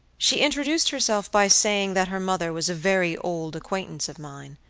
she introduced herself by saying that her mother was a very old acquaintance of mine.